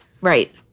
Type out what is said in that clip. right